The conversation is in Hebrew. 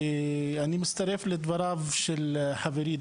ואני מצטרף לדבריו של חברי,